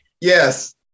Yes